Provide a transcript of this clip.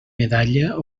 medalla